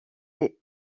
des